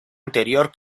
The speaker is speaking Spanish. anterior